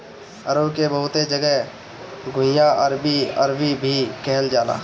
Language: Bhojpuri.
अरुई के बहुते जगह घुइयां, अरबी, अरवी भी कहल जाला